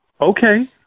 okay